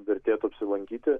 vertėtų apsilankyti